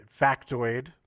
factoid